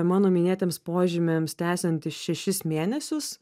mano minėtiems požymiams tęsiantis šešis mėnesius